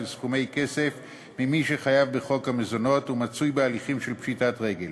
סכומי כסף ממי שחייב בחוק המזונות ומצוי בהליכים של פשיטת רגל.